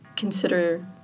consider